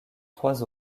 trois